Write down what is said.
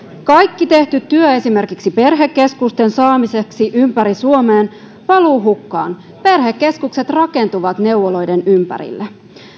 kaikki tehty työ esimerkiksi perhekeskusten saamiseksi ympäri suomen valuu hukkaan perhekeskukset rakentuvat neuvoloiden ympärille